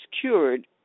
cured